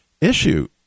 issue